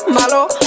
malo